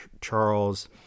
Charles